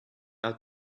out